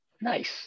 nice